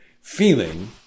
Feeling